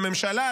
לממשלה,